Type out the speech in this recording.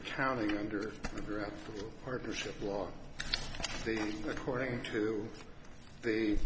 accounting under the group partnership law according to the